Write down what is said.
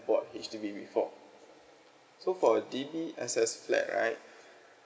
bought H_D_B before so for D_B_S_S flat right